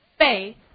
faith